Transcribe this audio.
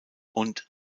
und